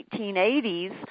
1880s